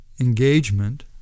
engagement